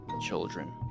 children